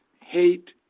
hate